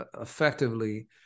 effectively